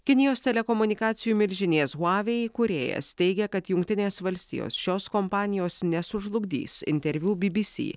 kinijos telekomunikacijų milžinės huavei įkūrėjas teigia kad jungtinės valstijos šios kompanijos nesužlugdys interviu bibisi